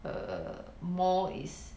err mall is